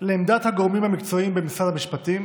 לעמדת הגורמים המקצועיים במשרד המשפטים